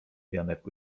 janek